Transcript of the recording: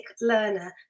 learner